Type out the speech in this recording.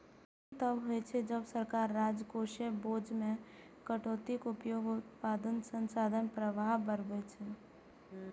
ई तब होइ छै, जब सरकार राजकोषीय बोझ मे कटौतीक उपयोग उत्पादक संसाधन प्रवाह बढ़बै छै